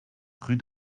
rue